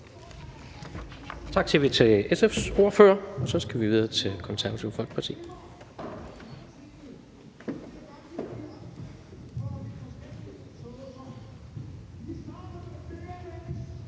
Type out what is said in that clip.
Vi siger tak til SF's ordfører, og så skal vi videre til Det Konservative Folkeparti.